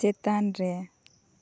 ᱪᱮᱛᱟᱱ ᱨᱮ